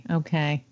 okay